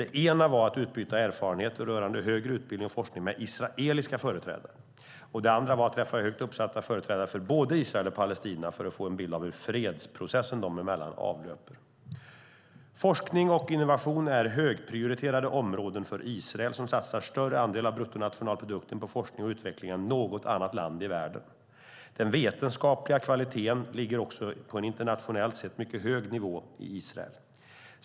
Det ena syftet var att utbyta erfarenheter rörande högre utbildning och forskning med israeliska företrädare, och det andra syftet var att träffa högt uppsatta företrädare för både Israel och Palestina för att få en bild av hur fredsprocessen dem emellan avlöper. Forskning och innovation är högprioriterade områden för Israel, som satsar större andel av bruttonationalprodukten på forskning och utveckling än något annat land i världen. Den vetenskapliga kvaliteten ligger också på en internationellt sett mycket hög nivå i Israel.